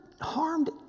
harmed